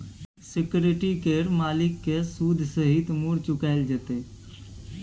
security केर मालिक केँ सुद सहित मुर चुकाएल जेतै